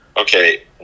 Okay